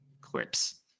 clips